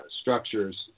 structures